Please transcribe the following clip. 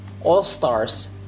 all-stars